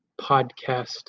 podcast